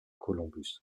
columbus